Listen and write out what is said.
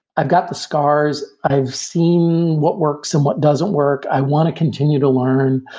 i've got the scars. i've seen what works and what doesn't work. i want to continue to learn,